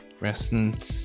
resonance